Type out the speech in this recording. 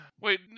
Wait